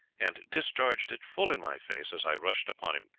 and discharged it full in my face as i rushed upon him,